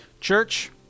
Church